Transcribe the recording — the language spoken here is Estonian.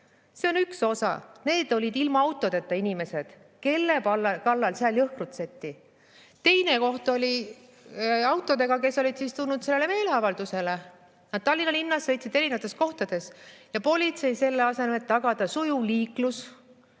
See on üks osa, need olid ilma autodeta inimesed, kelle kallal seal jõhkrutseti. Teine koht oli autodega, mis olid tulnud sellele meeleavaldusele. Need autod sõitsid Tallinna linnas erinevates kohtades ja politsei selle asemel, et tagada sujuv liiklus,